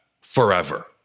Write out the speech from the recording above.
forever